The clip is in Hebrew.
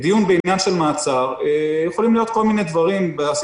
בדיון בעניין מעצר יכולים להיות כל מיני